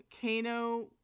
Kano